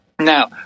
Now